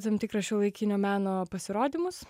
tam tikrą šiuolaikinio meno pasirodymus